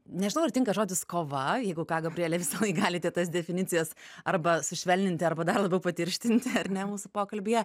nežinau ar tinka žodis kova jeigu ką gabriele visąlaik galite tas definicijas arba sušvelninti arba dar labiau patirštinti ar ne mūsų pokalbyje